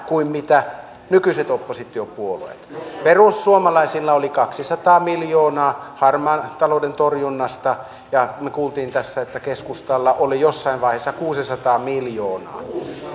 kuin nykyiset oppositiopuolueet perussuomalaisilla oli kaksisataa miljoonaa harmaan talouden torjunnasta ja me kuulimme tässä että keskustalla oli jossain vaiheessa kuusisataa miljoonaa